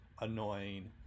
annoying